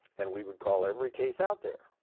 and we would call every case out there.